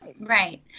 Right